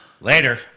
Later